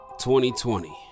2020